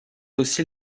aussi